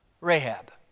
Rahab